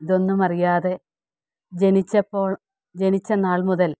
ഇതൊന്നുമറിയാതെ ജനിച്ചപ്പോൾ ജനിച്ച നാൾ മുതൽ